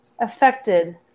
affected